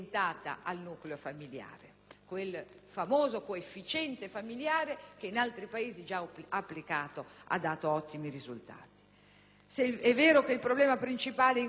quel famoso coefficiente familiare che in altri Paesi è già applicato ed ha dato ottimi risultati. Se è vero che il problema principale in questo momento è sostenere la domanda,